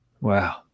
Wow